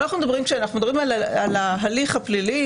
כשאנחנו מדברים על ההליך הפלילי,